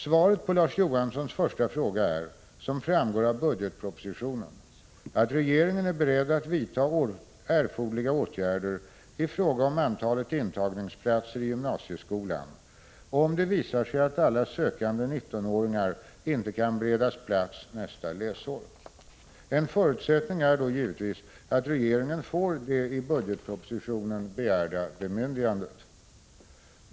Svaret på Larz Johanssons första fråga är, som framgår av budgetpropositionen, att regeringen är beredd att vidta erforderliga åtgärder i fråga om antalet intagningsplatser i gymnasieskolan, om det visar sig att alla sökande 19-åringar inte kan beredas plats nästa läsår. En förutsättning är då givetvis att regeringen får det i budgetpropositionen begärda bemyndigandet.